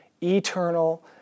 eternal